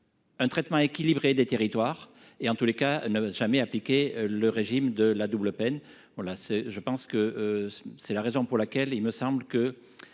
Un traitement équilibré des territoires et en tous les cas ne jamais appliqué. Le régime de la double peine. Voilà c'est, je pense que. C'est la raison pour laquelle il me semble que